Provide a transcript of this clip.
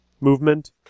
movement